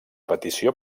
petició